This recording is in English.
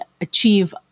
achieve